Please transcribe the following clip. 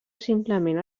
simplement